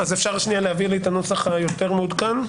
אפשר להביא לי את הנוסח היותר מעודכן?